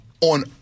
On